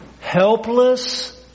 helpless